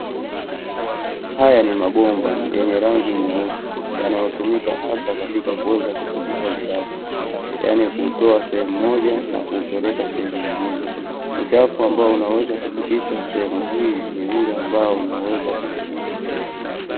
Haya ni mabomba yenye rangi nyeusi, yanayotumika hasa katika kuweza kupitisha uchafu, yaani kuutoa sehemu moja na kuupeleka sehemu nyingine, uchafu ambao unaweza kupitishwa sehemu hii ni ule ambao unaweza kumiminika.